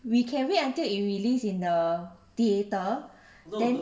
we can wait until it release in the theater then